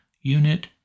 unit